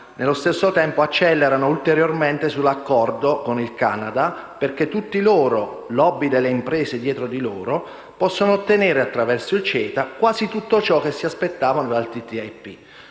allo stesso tempo accelerano ulteriormente sull'accordo con il Canada perché tutti, *lobby* delle imprese dietro di loro, possano ottenere attraverso il CETA quasi tutto ciò che si aspettavano dal TTIP.